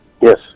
Yes